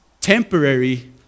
temporary